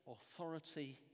authority